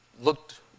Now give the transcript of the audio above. looked